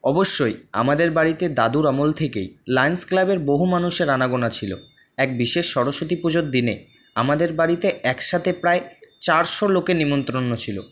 অবশ্যই আমাদের বাড়িতে দাদুর আমল থেকেই লাইন্স ক্লাবের বহু মানুষের আনাগোনা ছিল এক বিশেষ সরস্বতী পুজোর দিনে আমাদের বাড়িতে একসাথে প্রায় চারশো লোকের নিমন্ত্রণ ছিল